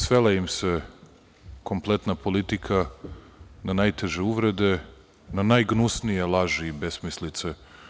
Svela im se kompletna politika na najteže uvrede, na najgnusnije laži i besmislice.